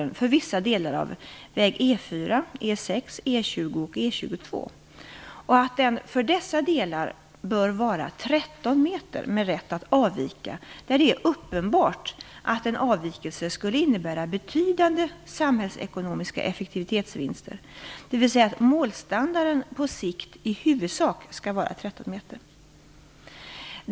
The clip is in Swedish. E 4, E 6, E 20 och E 22 och att den för dessa delar bör vara 13 m med rätt att avvika där det är uppenbart att en avvikelse skulle innebära betydande samhällsekonomiska effektivitetsvinster, dvs. att målstandarden på sikt i huvudsak skall vara 13 m.